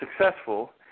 successful